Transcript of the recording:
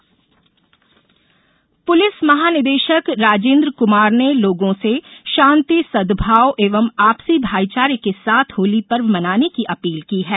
Holika Dahan police महानिदेशक राजेन्द्र कुमार ने लोगों से शांति सद्भाव एवं आपसी भाई चारे के साथ होली पर्व मनाने की अपील की है